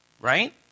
right